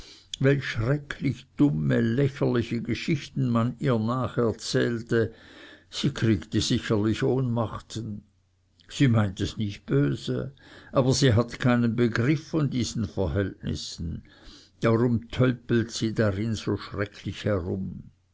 welch schrecklich dumme lächerliche geschichten man ihr nacherzählte sie kriegte sicherlich ohnmachten sie meint es nicht böse aber sie hat keinen begriff von diesen verhältnissen darum tölpelt sie darin so schrecklich herum